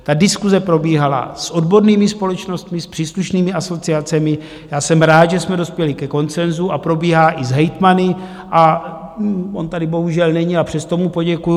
Ta diskuse probíhala s odbornými společnostmi, s příslušnými asociacemi, já jsem rád, že jsme dospěli ke konsenzu, a probíhá i s hejtmany on tady bohužel není, a přesto mu poděkuji.